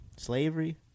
Slavery